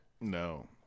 No